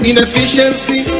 Inefficiency